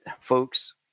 folks